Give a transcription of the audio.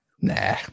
Nah